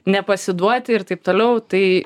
nepasiduoti ir taip toliau tai